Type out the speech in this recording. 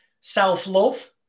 self-love